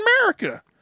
America